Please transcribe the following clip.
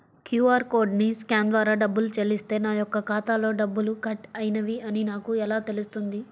QR కోడ్ని scan ద్వారా డబ్బులు చెల్లిస్తే నా యొక్క ఖాతాలో డబ్బులు కట్ అయినవి అని నాకు ఎలా తెలుస్తుంది?